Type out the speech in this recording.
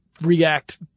react